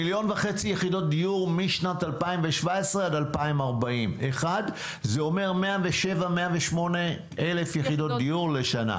מיליון וחצי יחידות דיור משנת 2017 עד 2040. זה אומר 107 108 אלף יחידות דיור לשנה.